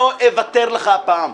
לא אוותר לך היום.